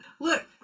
look